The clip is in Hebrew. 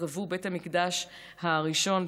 נחרבו בית המקדש הראשון,